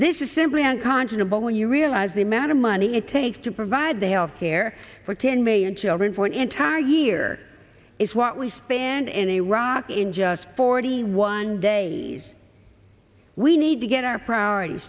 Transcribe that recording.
this is simply unconscionable when you realize the amount of money it takes to provide they are here for ten million children for an entire year is what we spend in iraq in just forty one days we need to get our priorities